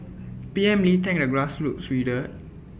P M lee thanked the grassroots